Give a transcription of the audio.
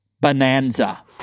bonanza